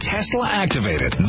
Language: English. Tesla-activated